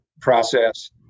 process